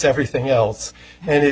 everything else and it